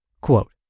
Quote